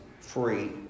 free